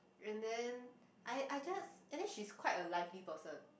and then I I just and then she's quite a lively person